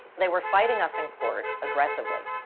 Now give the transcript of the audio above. they were fighting us in court, aggressively.